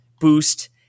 boost